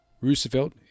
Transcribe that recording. Roosevelt